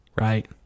right